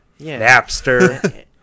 Napster